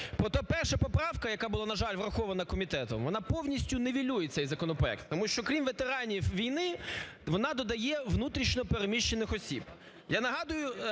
1 поправка, яка була, на жаль, врахована комітетом, вона повністю нівелює цей законопроект, тому що крім ветеранів війни вона додає внутрішньо переміщених осіб.